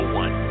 one